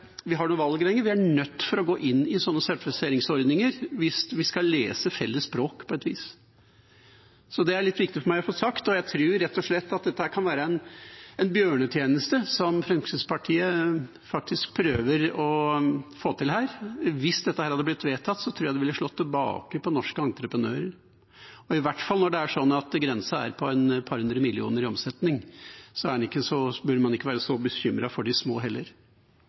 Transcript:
vi har noe valg lenger – vi er nødt til å gå inn i slike sertifiseringsordninger hvis vi skal lese felles språk, på et vis. Det er litt viktig for meg å få sagt. Jeg tror rett og slett at det kan være en bjørnetjeneste Fremskrittspartiet prøver å få til her. Hvis dette hadde blitt vedtatt, tror jeg det ville slått tilbake på norske entreprenører, i hvert fall når det er sånn at grensa er på et par hundre millioner i omsetning. Da bør man ikke være så bekymret for de små heller.